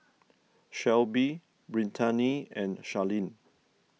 Shelbi Brittaney and Charleen